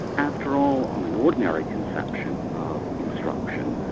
after all, on an ordinary conception of instruction,